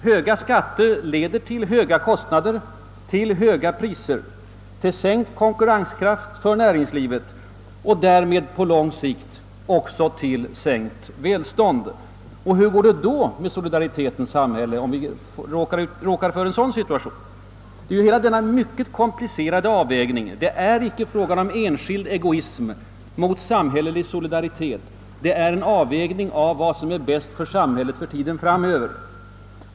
Höga skatter leder till höga priser och höga kostnader, till sänkt konkurrenskraft för näringslivet och därmed på lång sikt också till sänkt levnadsstandard. Och hur går det med solidariteten i samhället om vi råkar hamna i en sådan situation? Det är hela denna mycket komplicerade avvägning det gäller och inte bara enskild egoism kontra samhällelig solidaritet. Det är fråga om en avvägning av vad som är bäst för samhället under tiden framöver.